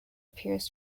appears